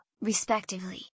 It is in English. respectively